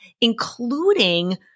including